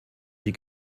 die